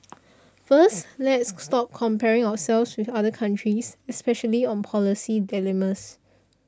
first let's stop comparing ourselves with other countries especially on policy dilemmas